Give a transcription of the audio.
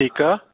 ठीकु आहे